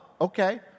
okay